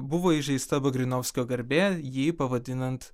buvo įžeista vagrinovskio garbė jį pavadinant